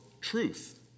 truth